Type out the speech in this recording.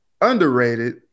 underrated